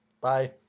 Bye